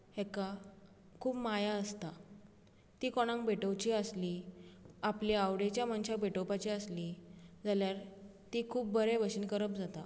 हेका खूब माया आसता ती कोणाक भेटोवची आसली आपली आवडीच्या मनशाक भेटोवची आसली जाल्यार ती खूब बरे भशेन करप जाता